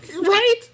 Right